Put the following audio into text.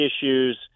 issues